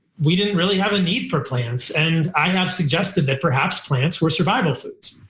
we didn't really have a need for plants. and i have suggested that perhaps plants were survival foods.